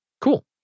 cool